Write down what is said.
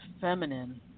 feminine